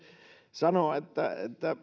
että